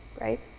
right